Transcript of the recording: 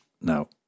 now